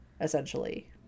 essentially